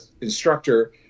instructor